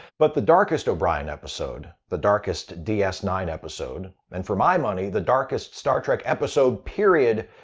but the darkest o'brien episode, the darkest d s nine episode, and for my money the darkest star trek episode, period,